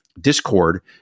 Discord